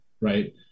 right